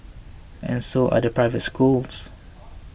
and so are the private schools